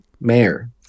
mayor